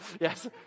yes